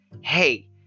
hey